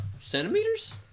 Centimeters